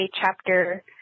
chapter